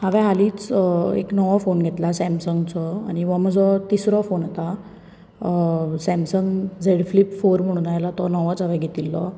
हांवें हालींच एक नवो फोन घेतलो सॅमसंगचो आनी हो म्हजो तिसरो फोन आतां सॅमसंग जॅड फ्लिप फॉर म्हणून आयला तो नवोच हांवें घेतिल्लो